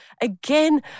again